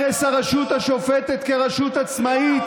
הרס הרשות השופטת כרשות עצמאית,